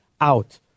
out